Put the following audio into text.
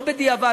ולא בדיעבד,